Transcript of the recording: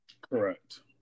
Correct